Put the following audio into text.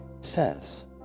says